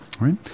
right